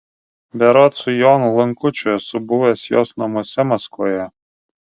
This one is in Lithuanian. berods su jonu lankučiu esu buvęs jos namuose maskvoje